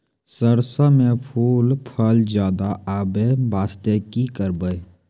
सरसों म फूल फल ज्यादा आबै बास्ते कि करबै?